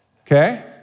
Okay